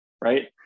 right